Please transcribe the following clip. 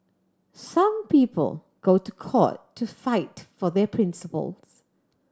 some people go to court to fight for their principles